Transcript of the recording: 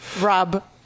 Rob